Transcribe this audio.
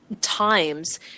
times